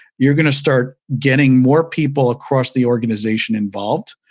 you're going to start getting more people across the organization involved.